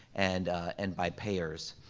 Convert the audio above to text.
and and by payers.